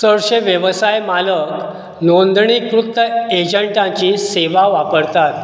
चडशें वेवसाय मालक नोंदणीकृत एजंटाची सेवा वापरतात